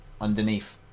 underneath